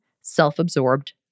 self-absorbed